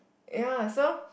ya so